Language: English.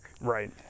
Right